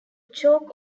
choke